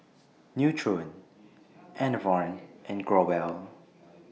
Nutren Enervon and Growell